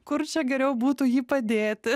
kur čia geriau būtų jį padėti